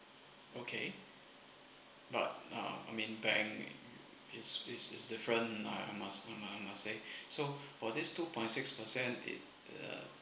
okay but uh I mean bank it's it's it's different um I mus~ I must say so for this two point six percent it uh